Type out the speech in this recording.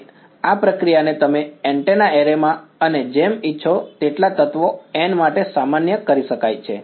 અને આ પ્રક્રિયાને તમે એન્ટેના એરેમાં અને જેમ ઇચ્છો તેટલા તત્વો N માટે સામાન્ય કરી શકાય છે